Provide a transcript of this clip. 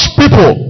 people